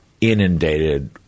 inundated